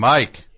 Mike